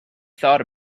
thought